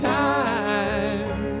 time